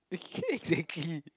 exactly